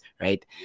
right